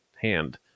hand